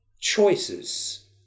choices